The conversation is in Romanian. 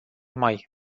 mai